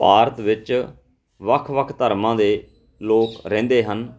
ਭਾਰਤ ਵਿੱਚ ਵੱਖ ਵੱਖ ਧਰਮਾਂ ਦੇ ਲੋਕ ਰਹਿੰਦੇ ਹਨ